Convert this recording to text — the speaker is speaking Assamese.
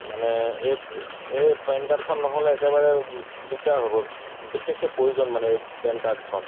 মানে এই এই পেন কাৰ্ডখন নহ'লে একেবাৰে দিগদাৰ হ'ব বিশেষকৈ প্ৰয়োজন মানে এই পেন কাৰ্ডখন